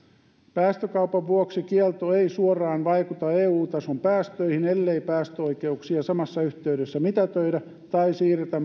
päästökaupan vuoksi kielto ei suoraan vaikuta eu tason päästöihin ellei päästöoikeuksia samassa yhteydessä mitätöidä tai siirretä